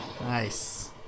Nice